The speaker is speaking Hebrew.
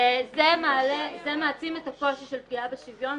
וזה מעצים את הקושי של פגיעה בשוויון